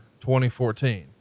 2014